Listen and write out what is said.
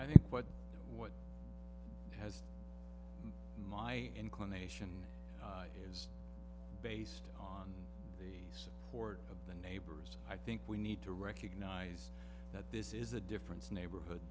the what has my inclination is based on the support of the neighbors i think we need to recognize that this is a difference neighborhood